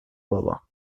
بابا